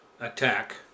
attack